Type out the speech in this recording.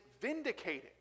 vindicated